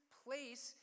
place